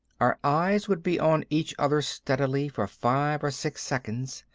our eyes would be on each other steadily for five or six seconds,